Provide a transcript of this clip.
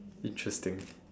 interesting